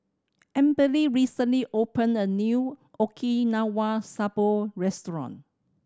Amberly recently opened a new Okinawa Soba Restaurant